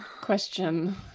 question